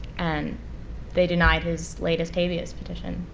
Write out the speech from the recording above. and they denied his latest habeas petition.